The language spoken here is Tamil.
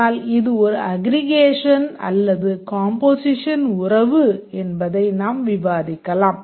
ஆனால் இது ஒரு அக்ரிகேஷன் அல்லது கம்போசிஷன் உறவு என்பதை நாம் விவாதிக்கலாம்